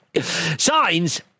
Signs